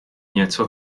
něco